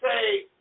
say